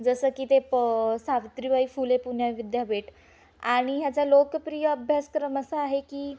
जसं की ते प सावित्रीबाई फुले पुणे विद्यापीठ आणि ह्याचा लोकप्रिय अभ्यासक्रम असा आहे की